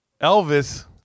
Elvis